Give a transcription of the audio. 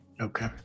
Okay